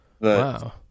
Wow